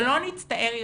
שלא נצטער יותר.